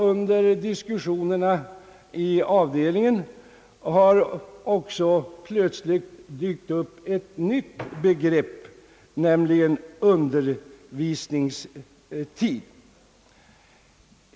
Under diskussionerna i avdelningen dök plötsligt också upp ett nytt begrepp, nämligen undervisningstid.